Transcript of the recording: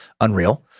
Unreal